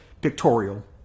pictorial